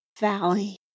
Valley